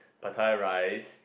pattaya rice